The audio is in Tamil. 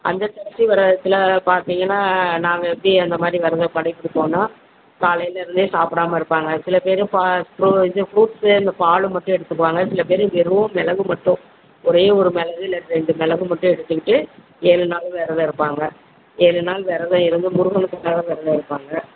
அந்த சஷ்டி விரதத்தில் பார்த்திங்கன்னா நாங்கள் எப்படி அந்த மாதிரி விரத படைப்பு போனால் காலையில் இருந்தே சாப்பிடாம இருப்பாங்க சில பேர் ஃப்ர இ ஃப்ரூட்ஸு இந்த பாலு மட்டும் எடுத்துப்பவாங்க சில பேர் வெறும் மிளகு மட்டும் ஒரே ஒரு மிளகு இ ரெண்டு மிளகு மட்டும் எடுத்துக்கிட்டு ஏழு நாளும் விரத இருப்பாங்க ஏழு நாள் விரத இருந்து முருகனுக்கு விரத இருப்பாங்க